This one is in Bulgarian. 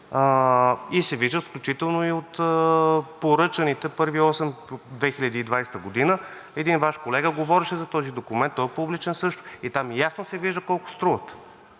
и се виждат включително и от поръчаните първи осем през 2020 г. Един Ваш колега говореше за този документ, той е публичен също, и там ясно се вижда колко струват,